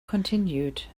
continued